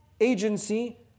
agency